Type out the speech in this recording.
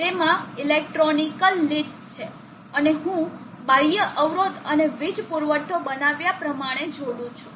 તેમાં electrical leads છે અને હું બાહ્ય અવરોધ અને વીજ પુરવઠો બતાવ્યા પ્રમાણે જોડું છું